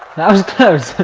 that was close!